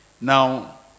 Now